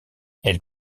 elle